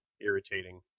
irritating